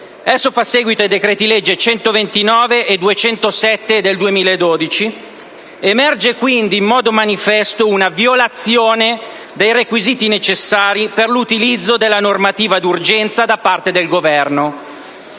Esso fa seguito ai decreti-legge n. 129 e n. 207 del 2012. Emerge, dunque, in modo manifesto una violazione dei requisiti necessari per l'utilizzo della normativa d'urgenza da parte del Governo.